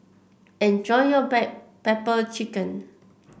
enjoy your Black Pepper Chicken